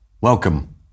Welcome